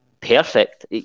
perfect